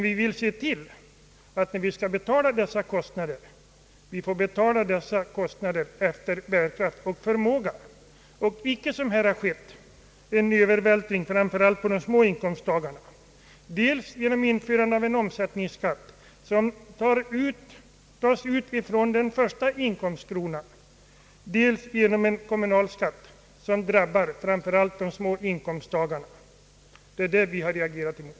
Vi vill se till att kostnaderna betalas efter bärkraft och förmåga och inte som i detta fall genom en övervältring på framför allt de små inkomsttagarna, dels genom införande av en omsättningsskatt som tas ut från den första inkomstkronan, dels genom en kommunalskatt som drabbar främst de små inkomsttagarna. Det är detta vi har reagerat mot.